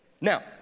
Now